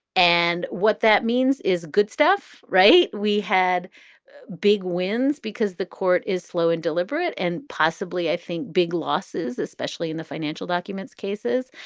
and what that means is good stuff, right? we had big wins because the court is slow and deliberate and possibly, i think, big losses, especially in the financial documents cases,